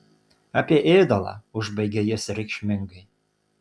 apie ėdalą užbaigė jis reikšmingai